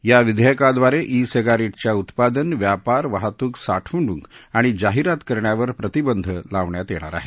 या विधेयकाद्वारे e cigarette च्या उत्पादन व्यापार वाहतूक साठवणूक आणि जाहिरात करण्यावर प्रतिबंधक लावण्यात येणार आहे